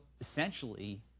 essentially